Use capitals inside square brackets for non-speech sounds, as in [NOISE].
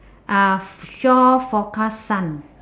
uh [NOISE] shore forecast sun